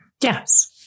Yes